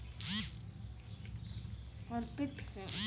बलुआ मिट्टी में कौन सा फसल के उपज अच्छा होखी?